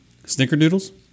Snickerdoodles